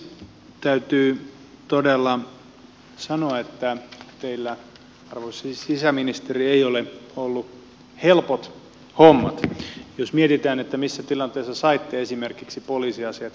täytyy todella sanoa että teillä arvoisa sisäministeri ei ole ollut helpot hommat jos mietitään missä tilanteessa saitte esimerkiksi poliisiasiat käsiinne